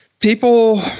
People